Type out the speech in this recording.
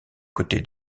côté